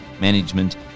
management